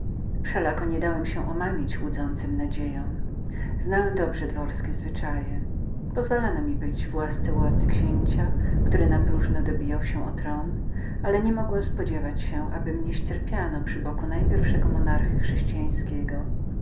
wszelako nie dałem się omamić łudzącym nadziejom znałem dobrze dworskie zwyczaje pozwalano mi być w łasce u arcyksięcia który napróżno dobijał się o tron ale nie mogłem spodziewać się aby mnie ścierpiano przy boku najpierwszego monarchy chrześcijaństwa